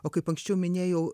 o kaip anksčiau minėjau